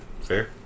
Fair